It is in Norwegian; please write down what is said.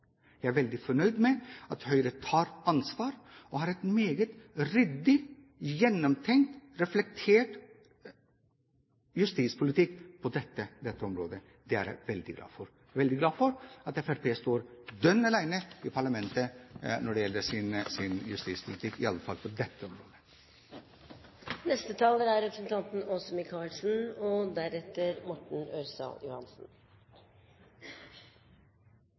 Jeg er veldig fornøyd med at Høyre tar ansvar og har en meget ryddig, gjennomtenkt og reflektert justispolitikk på dette området. Det er jeg veldig glad for. Og jeg er veldig glad for at Fremskrittspartiet står dønn alene i parlamentet når det gjelder justispolitikk, i alle fall på dette området. Jeg tror ikke vi er